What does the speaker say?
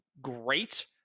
great